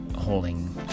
holding